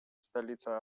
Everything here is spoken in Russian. столица